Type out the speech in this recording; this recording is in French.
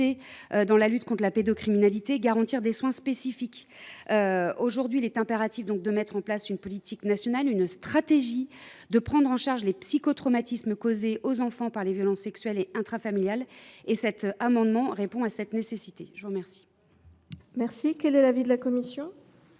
dans la lutte contre la pédocriminalité ; garantir des soins spécifiques. Aujourd’hui, il est impératif de mettre en place une stratégie nationale pour prendre en charge les psychotraumatismes causés aux enfants par les violences sexuelles et intrafamiliales. Cet amendement vise à répondre à cette nécessité. Quel est l’avis de la commission ?